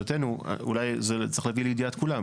לתחושתנו, אולי צריך להביא את זה לידיעת כולם.